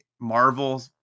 Marvel